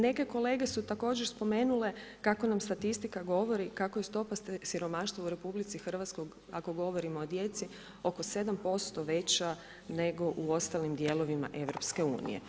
Neke kolege su također spomenule kako nam statistika govori kako je stopa siromaštva u RH, ako govorimo o djeci, oko 7% veća nego u ostalim dijelovima EU.